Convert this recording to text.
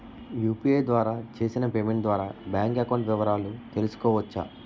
UPI ద్వారా చేసిన payment ద్వారా బ్యాంక్ అకౌంట్ వివరాలు తెలుసుకోవచ్చ?